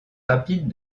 rapide